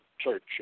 church